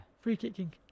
Free-kicking